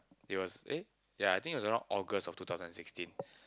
it was eh ya I think it was around August of two thousand and sixteen